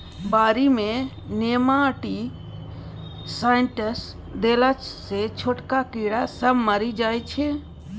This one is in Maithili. बारी मे नेमाटीसाइडस देला सँ छोटका कीड़ा सब मरि जाइ छै